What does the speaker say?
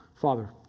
Father